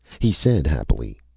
he said happily,